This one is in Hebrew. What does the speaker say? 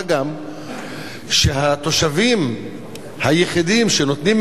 מה גם שהתושבים היחידים שנותנים,